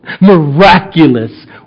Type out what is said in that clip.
miraculous